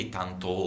tanto